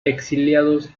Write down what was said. exiliados